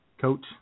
coach